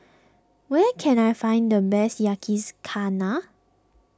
where can I find the best Yakizakana